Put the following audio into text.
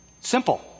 Simple